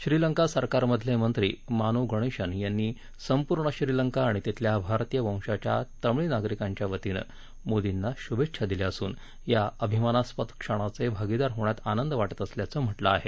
श्रीलंका सरकारमधले मंत्री मानो गणेशन यांनी संपूर्ण श्रीलंका आणि तिथल्या भारतीय वंशाच्या तमीळ नागरीकांच्या वतीनं मोदींना शुभेच्छा दिल्या असून या अभिमास्पद क्षणांचे भागीदार होण्यात आंनद वाटत असल्याचं म्हटलं आहे